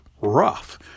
rough